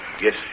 Yes